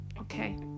okay